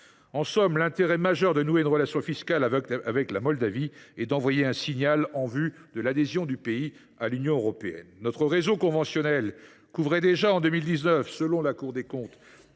En somme, l’intérêt majeur de nouer une relation fiscale avec la Moldavie est d’envoyer un signal en vue de l’adhésion du pays à l’Union européenne. Notre réseau conventionnel couvrait déjà en 2019, selon la Cour des comptes,